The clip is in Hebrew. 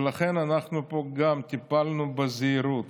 ולכן אנחנו גם טיפלנו בו בזהירות.